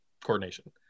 coordination